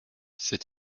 ses